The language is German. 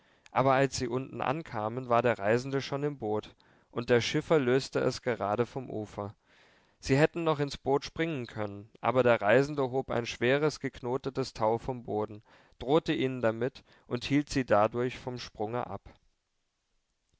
aber als sie unten ankamen war der reisende schon im boot und der schiffer löste es gerade vom ufer sie hätten noch ins boot springen können aber der reisende hob ein schweres geknotetes tau vom boden drohte ihnen damit und hielt sie dadurch von dem sprunge ab